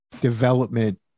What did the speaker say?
development